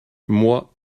moi